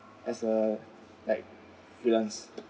as a like freelance